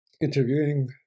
interviewing